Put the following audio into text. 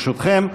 ברשותכם.